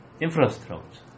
infrastructure